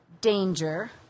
danger